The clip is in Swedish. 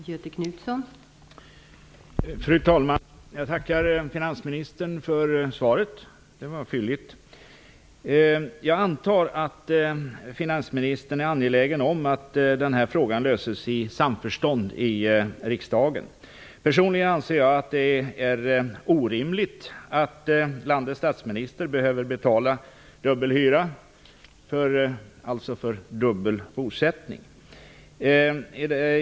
Fru talman! Jag tackar finansministern för svaret. Det var fylligt. Jag antar att finansministern är angelägen om att den här frågan löses i samförstånd i riksdagen. Personligen anser jag att det är orimligt att landets statsminister behöver betala hyra för dubbel bosättning.